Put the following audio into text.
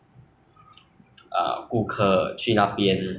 uh 就是有很多店 ah 那种 Uniqlo